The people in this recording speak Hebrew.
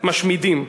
משמידים.